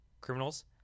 criminals